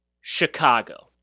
Chicago